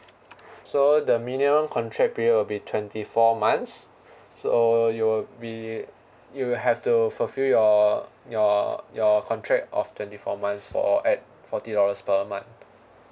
so the minimum contract period will be twenty four months so you we you will have to fulfill your your your contract of twenty four months for at forty dollars per month